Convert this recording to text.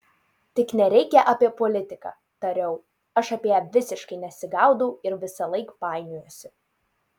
tik nereikia apie politiką tariau aš apie ją visiškai nesigaudau ir visąlaik painiojuosi